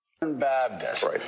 Baptist